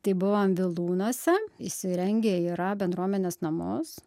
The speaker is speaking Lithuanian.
tai buvom vilūnuose įsirengę yra bendruomenės namus